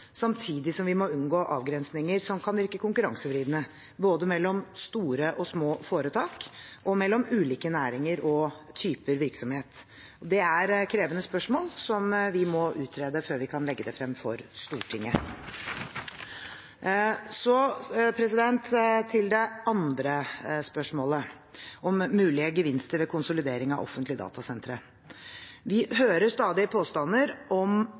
samtidig som vi må unngå avgrensninger som kan virke konkurransevridende både mellom store og små foretak og mellom ulike næringer og typer virksomhet. Det er krevende spørsmål som vi må utrede før vi kan legge det frem for Stortinget. Så til det andre spørsmålet om mulige gevinster ved konsolidering av offentlige datasentre: Vi hører stadig påstander om